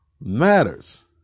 matters